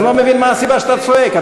אז אני לא מבין מה הסיבה שאתה צועק.